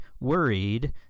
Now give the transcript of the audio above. worried